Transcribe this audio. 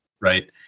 right